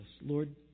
Lord